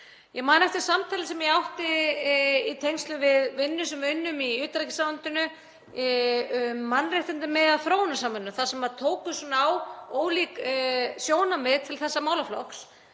Ég man eftir samtali sem ég átti í tengslum við vinnu sem við unnum í utanríkisráðuneytinu um mannréttindamiðaða þróunarsamvinnu þar sem tókust á ólík sjónarmið til þessa málaflokks,